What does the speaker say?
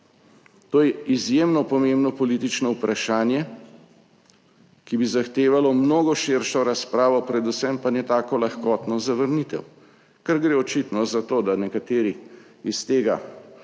To je izjemno pomembno politično vprašanje, ki bi zahtevalo mnogo širšo razpravo, predvsem pa ne tako lahkotno zavrnitev, ker gre očitno za to, da nekateri iz tega